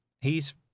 He's